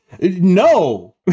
No